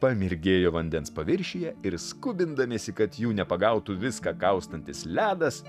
pamirgėjo vandens paviršiuje ir skubindamiesi kad jų nepagautų viską kaustantis ledas